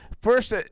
First